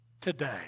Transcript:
today